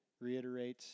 reiterates